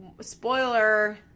spoiler